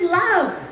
love